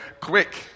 quick